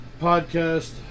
podcast